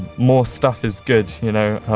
more stuff is good you know.